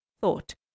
thought